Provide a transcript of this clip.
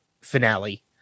finale